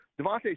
Devontae